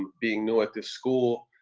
being new at this school,